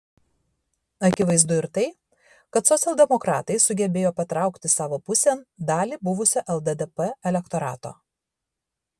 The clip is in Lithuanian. akivaizdu ir tai kad socialdemokratai sugebėjo patraukti savo pusėn dalį buvusio lddp elektorato